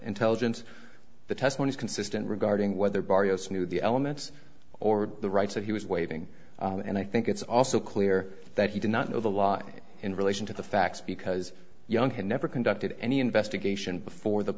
intelligence the test one is consistent regarding whether barrios knew the elements or the rights of he was waving and i think it's also clear that he did not know the law in relation to the facts because young had never conducted any investigation before the